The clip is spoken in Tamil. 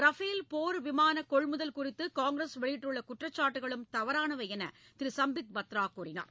ரபேல் போர் விமான கொள்முதல் குறித்து காங்கிரஸ் வெளியிட்டுள்ள குற்றச்சாட்டுகளும் தவறானவை என திரு சம்பித் பத்ரா கூறினார்